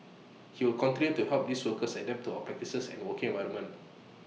he will continue to help these workers adapt to our practices and working environment